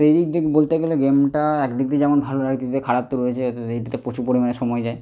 তো এই দিক বলতে গেলে গেমটা এক দিক দিয়ে যেমন ভালো এক দিক দিয়ে খারাপ তো রয়েছে এতে তো প্রচুর পরিমাণে সময় যায়